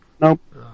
Nope